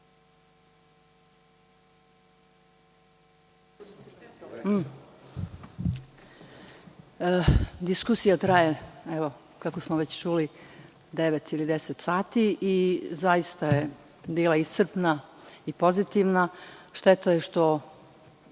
diskusija traje kako smo već čuli devet ili deset sati i zaista je bila iscrpna i pozitivna. Šteta je što